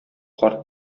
карт